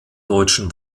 deutschen